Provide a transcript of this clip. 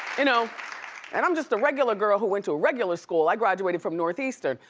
you know and i'm just a regular girl who went to a regular school. i graduated from northeastern.